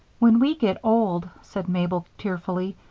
when we get old, said mabel, tearfully,